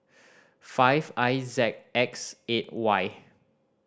five I Z X eight Y